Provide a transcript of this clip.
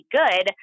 good